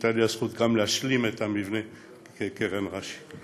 והייתה לי הזכות גם להשלים את המבנה בקרן רש"י.